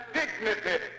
dignity